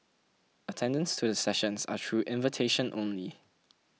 attendance to the sessions are through invitation only